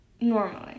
normally